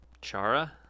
Chara